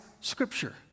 Scripture